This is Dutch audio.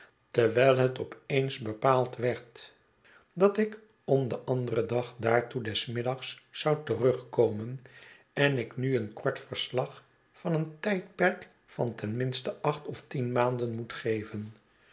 dewijl het op eens bepaald werd dat ik om den anderen dag daartoe des middags zou terugkomen en ik nu een kort verslag van een tijdperk van ten minste acht of tien maanden moet geven